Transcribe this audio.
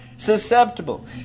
Susceptible